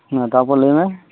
ᱦᱮᱸ ᱛᱟᱯᱚᱨ ᱞᱟᱹᱭᱢᱮ